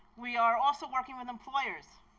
we are also working with employers,